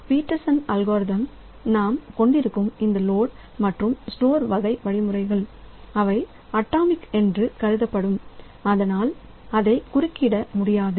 பீட்டர்சனின் algorithm நாம் கொண்டிருக்கும் இந்த லோடு மற்றும் ஸ்டோர் வகை வழிமுறைகள் அவை அட்டாமிக் என்று கருதப்படும் அதனால் அதை குறுக்கிட முடியாது